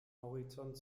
horizont